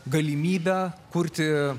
galimybę kurti